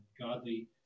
godly